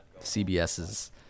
CBS's